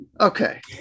Okay